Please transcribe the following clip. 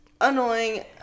annoying